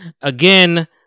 Again